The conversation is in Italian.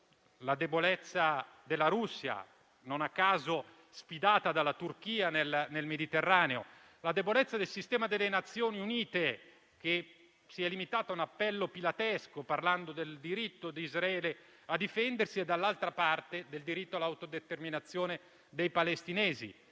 la debolezza della Russia, non a caso sfidata dalla Turchia nel Mediterraneo, e la debolezza del sistema delle Nazioni Unite, che si è limitato a un appello pilatesco, parlando del diritto di Israele a difendersi e, dall'altra parte, del diritto all'autodeterminazione dei palestinesi.